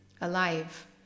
alive